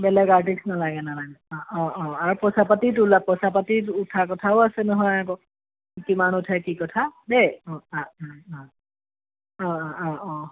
বেলেগ আৰ্টিষ্ট নালাগে নালাগে অ অ আৰু পইচা পাতি তোলা পইচা পাতি উঠাৰ কথাও আছে নহয় আকৌ কিমান উঠে কি কথা দেই অ অ অ অ অ অ অ